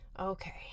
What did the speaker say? Okay